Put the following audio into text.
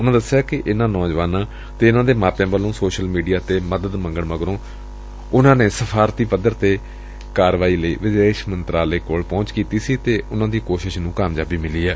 ਉਨੂਾ ਦਸਿਆ ਕਿ ਇਨੂਾ ਨੌਜਵਾਨਾਂ ਅਤੇ ਇਨੂਾਂ ਦੇ ਮਾਪਿਆਂ ਵੱਲੋਂ ਸੋਸ਼ਲ ਮੀਡੀਆ ਤੇ ਮਦਦ ਮੰਗਣ ਮਗਰੋਂ ਉਨੂਾਂ ਨੇ ਸਫਾਰਤੀ ਪੱਧਰ ਤੇ ਕਾਰਵਾਈ ਲਈ ਵਿਦੇਸ਼ ਮੰਤਰਾਲੇ ਕੋਲ ਪਹੁੰਚ ਕੀਤੀ ਅਤੇ ਉਨੂਾਂ ਦੀ ਕੋਸ਼ਿਸ਼ ਨੂੰ ਕਾਮਯਾਬੀ ਮਿਲੀ ਏ